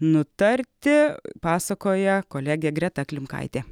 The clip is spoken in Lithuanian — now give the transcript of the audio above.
nutarti pasakoja kolegė greta klimkaitė